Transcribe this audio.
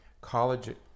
college